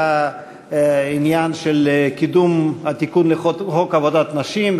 עניין של קידום התיקון לחוק עבודת נשים,